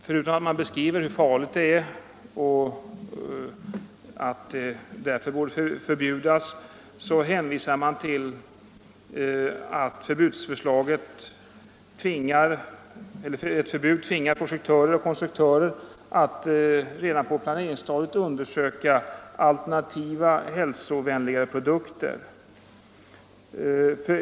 Förutom att man beskriver hur farligt det är och att det därför bör förbjudas hänvisar man till att ett förbud tvingar projektörer och konstruktörer att redan på planeringsstadiet undersöka alternativa, hälsovänligare produkter.